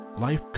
life